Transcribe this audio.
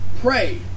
pray